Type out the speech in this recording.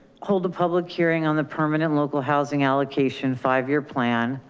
hold a public hearing on the permanent local housing allocation five-year plan,